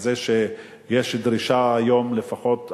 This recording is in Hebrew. זה שיש דרישה היום לפחות לאקדמאי,